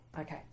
okay